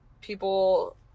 people